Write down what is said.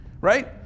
right